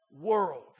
world